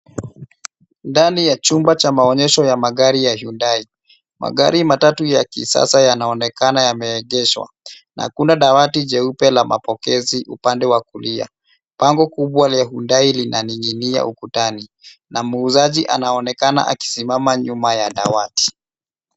Ndani ya chumba cha maonyesho ya magari ya Hyundai. Magari matatu ya kisasa yanaonekana yameegeshwa na kuna dawati jeupe la mapokezi upande wa kulia. Bango kubwa lenye Hyundai linaning'inia ukutani na muuzaji anaonekana akisimama nyuma ya dawati.